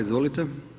Izvolite.